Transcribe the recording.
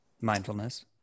Mindfulness